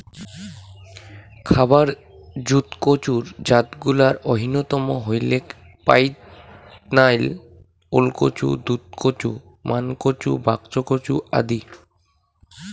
খাবার জুত কচুর জাতগুলার অইন্যতম হইলেক পাইদনাইল, ওলকচু, দুধকচু, মানকচু, বাক্সকচু আদি